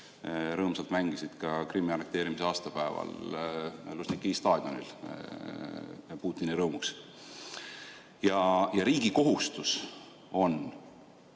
rõõmsalt mängisid Krimmi annekteerimise aastapäeval Lužniki staadionil Putini rõõmuks. Riigi kohustus on